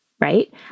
right